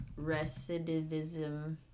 recidivism